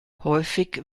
häufig